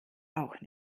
auch